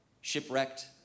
shipwrecked